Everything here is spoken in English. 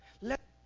Let